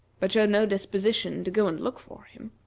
but showed no disposition to go and look for him.